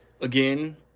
Again